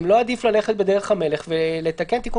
האם לא עדיף ללכת בדרך המלך ולתקן תיקון